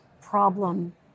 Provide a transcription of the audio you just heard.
problem